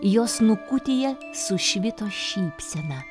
jos snukutyje sušvito šypsena